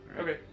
Okay